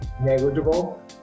negligible